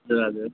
हजुर